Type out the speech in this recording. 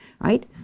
Right